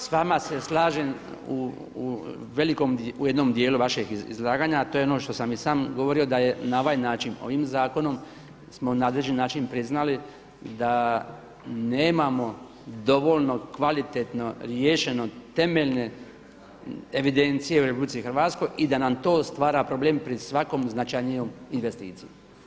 S vama s slažem u jednom dijelu vašeg izlaganja, a to je ono što sam i sam govorio da je na ovaj način smo ovim zakonom na određeni način priznali da nemamo dovoljno kvalitetno riješeno temeljne evidencije u RH i da nam to stvara problem pri svakoj značajnijoj investiciji.